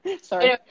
sorry